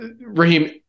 Raheem